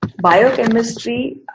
Biochemistry